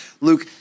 Luke